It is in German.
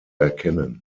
erkennen